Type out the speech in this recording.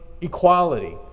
equality